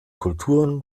kulturen